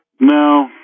No